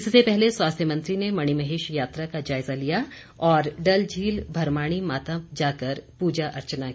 इससे पहले स्वास्थ्य मंत्री ने मणिमहेश यात्रा का जायजा लिया और डलझील भरमाणी माता जाकर पूजा अर्चना की